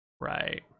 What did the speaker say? right